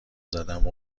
زدم